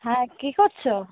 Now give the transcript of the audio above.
হ্যাঁ কী করছো